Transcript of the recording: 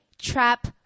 trap